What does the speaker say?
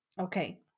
okay